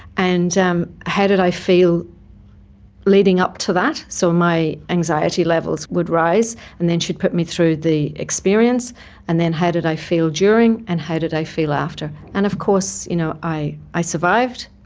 and um how did i feel leading up to that? so my anxiety levels would rise and then she'd put me through the experience and then how did i feel during and how did i feel after. and of course you know i i survived,